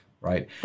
right